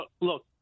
Look